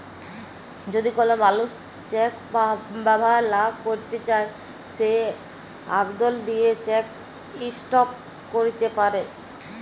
যদি কল মালুস চ্যাক ব্যাভার লা ক্যইরতে চায় সে আবদল দিঁয়ে চ্যাক ইস্টপ ক্যইরতে পারে